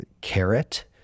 carrot